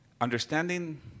understanding